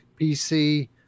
PC